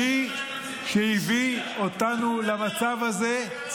מי שהביא את זה הוא הממשלה המכהנת.